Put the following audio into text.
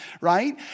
right